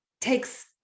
takes